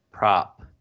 prop